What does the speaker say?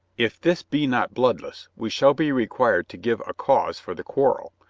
if this be not bloodless we shall be required to give a cause for the quarrel.